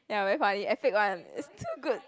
ya very funny and fake one it's too good